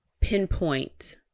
pinpoint